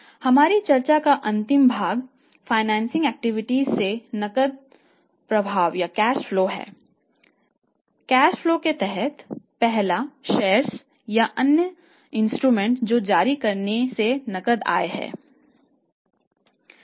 हमारी चर्चा का अंतिम भाग फाइनेंसिंग एक्टिविटीज को जारी करने से नकद आय है